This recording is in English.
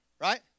right